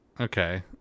okay